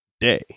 day